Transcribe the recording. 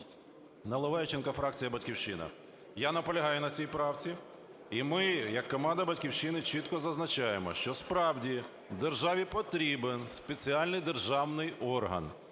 Наливайченко, фракція "Батьківщина". Я наполягаю на цій правці, і ми як команда "Батьківщини" чітко зазначаємо, що, справді, державі потрібен спеціальний державний орган,